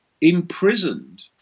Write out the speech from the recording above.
imprisoned